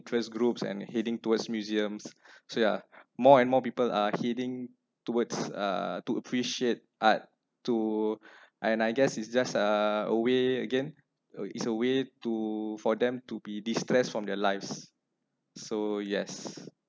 interest groups and heading towards museums so yeah more and more people are heading towards uh to appreciate art to and I guess it's just uh a way again it's a way to for them to be distress from their lives so yes